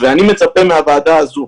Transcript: אני מצפה מהוועדה הזו,